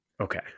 Okay